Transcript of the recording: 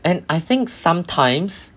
like I think some times